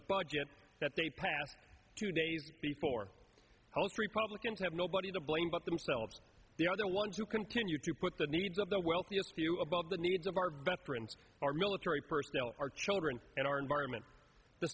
budget that they passed two days before house republicans have nobody to blame but themselves the other ones who continue to put the needs of the wealthiest few above the needs of our veterans our military personnel our children and our environment the